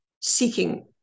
seeking